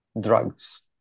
drugs